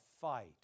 fight